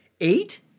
eight